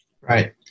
Right